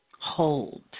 hold